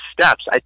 steps